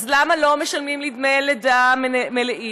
אז למה לא משלמים לי דמי לידה מלאים?